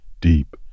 deep